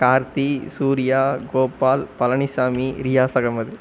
Karthi Suriya Gopal Palaniswami Riyaz Ahmed